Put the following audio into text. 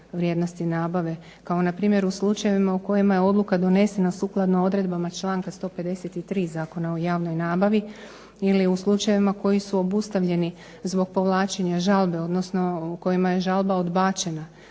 vrijednosti nabave kao na primjer u slučajevima u kojima je odluka donesena sukladno odredbama članka 153. Zakona o javnoj nabavi ili u slučajevima koji su obustavljeni zbog povlačenja žalbe, odnosno kojima je žalba odbačena